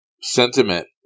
sentiment